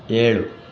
ಏಳು